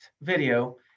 video